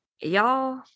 y'all